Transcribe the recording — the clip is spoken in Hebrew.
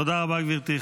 תודה רבה, גברתי.